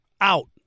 out